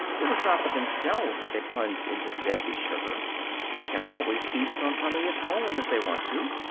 it was not for themselves that they plunged into the deadly sugar they can always feast on honey at home, if they want to.